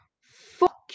Fuck